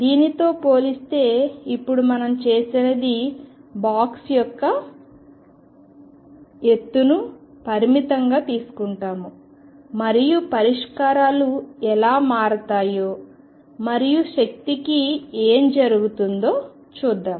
దీనితో పోలిస్తే ఇప్పుడు మనం చేసినది బాక్స్ యొక్క ఎత్తును పరిమితంగా తీసుకుంటాము మరియు పరిష్కారాలు ఎలా మారతాయో మరియు శక్తికి ఏమి జరుగుతుందో చూద్దాం